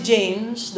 James